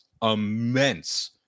immense